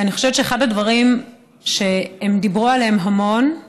ואני חושבת שהדברים שהם דיברו עליהם המון,